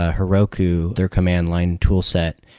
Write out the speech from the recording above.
heroku, their command line toolset,